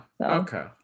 okay